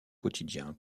quotidien